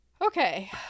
okay